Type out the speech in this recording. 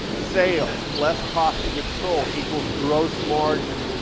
sales, less cost of goods sold equals gross margin.